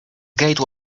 gate